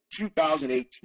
2018